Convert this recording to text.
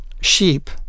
sheep